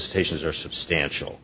itations are substantial